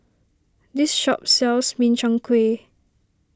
this shop sells Min Chiang Kueh